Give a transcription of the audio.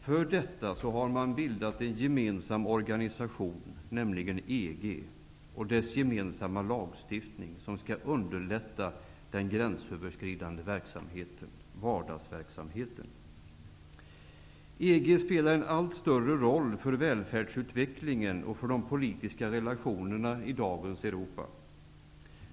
För detta har man bildat en gemensam organisation, EG, och en gemensam lagstiftning som skall underlätta den gränsöverskridande verksamheten, vardagsverksamheten. EG spelar en allt större roll för välfärdsutvecklingen och för de politiska relationerna i dagens Europa.